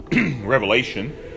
Revelation